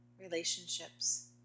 relationships